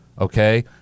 Okay